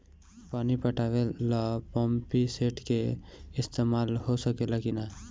पानी पटावे ल पामपी सेट के ईसतमाल हो सकेला कि ना?